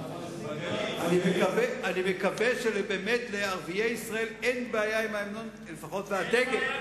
אני מקווה שלערביי ישראל אין בעיה עם ההמנון והדגל לפחות.